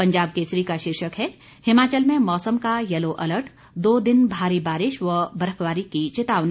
पंजाब केसरी का शीर्षक है हिमाचल में मौसम का येलो अलर्ट दो दिन भारी बारिश व बर्फबारी की चेतावनी